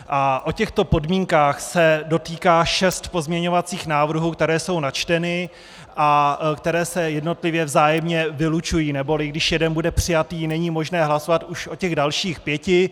A těchto podmínek se dotýká šest pozměňovacích návrhů, které jsou načteny a které se jednotlivě vzájemně vylučují, neboli když jeden bude přijatý, není možné hlasovat už o těch dalších pěti.